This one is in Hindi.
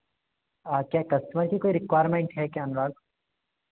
क्या कस्टमर की कोई रिक्वायरमेंट है क्या अनुराग